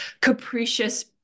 capricious